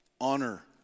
honor